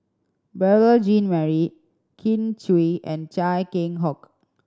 Beurel Jean Marie Kin Chui and Chia Keng Hock